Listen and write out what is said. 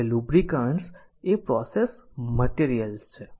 હવે લુબ્રિકન્ટ્સ એ processed materials છે